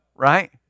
Right